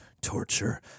torture